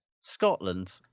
Scotland